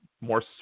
more